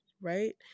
right